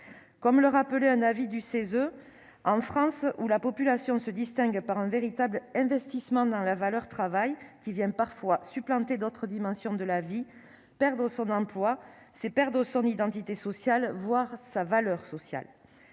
comme le rappelait un avis du CESE en France où la population se distingue par un véritable investissement dans la valeur travail qui vient parfois supplanté d'autres dimensions de la vie, perdre son emploi c'est perdre son identité sociale voir sa valeur sociale,